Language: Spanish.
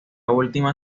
última